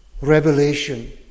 revelation